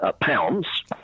pounds